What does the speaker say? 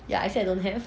ya I said I don't have